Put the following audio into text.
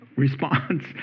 Response